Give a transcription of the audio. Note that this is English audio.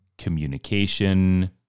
Communication